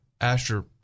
Asher